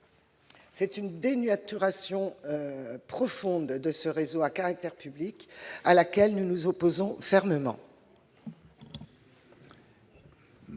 C'est une dénaturation profonde de ce réseau à caractère public à laquelle nous nous opposons fermement.